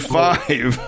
five